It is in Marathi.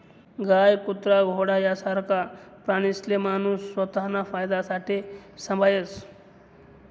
गाय, कुत्रा, घोडा यासारखा प्राणीसले माणूस स्वताना फायदासाठे संभायस